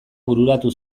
bururatu